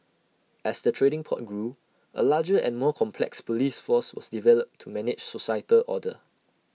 as the trading port grew A larger and more complex Police force was developed to manage societal order